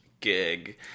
Gig